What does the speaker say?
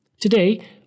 Today